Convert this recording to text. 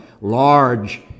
large